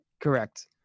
Correct